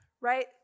right